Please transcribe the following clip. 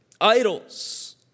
idols